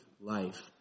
life